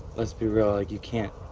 let's be real. like you can't.